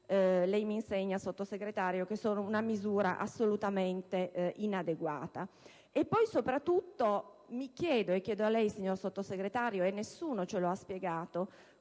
lei mi insegna, signor Sottosegretario - da essere una misura assolutamente inadeguata. Soprattutto mi chiedo, e chiedo a lei, signor Sottosegretario, perché nessuno ce lo ha spiegato: